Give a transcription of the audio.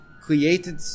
created